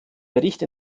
bericht